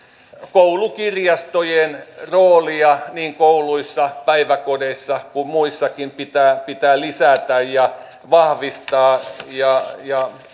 koulukirjastojen roolia niin kouluissa päiväkodeissa kuin muissakin pitää pitää lisätä ja vahvistaa ja ja